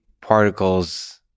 particles